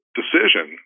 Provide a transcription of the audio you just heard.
decision